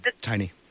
Tiny